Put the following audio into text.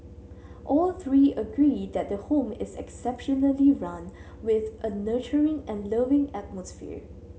all three agree that the home is exceptionally run with a nurturing and loving atmosphere